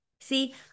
See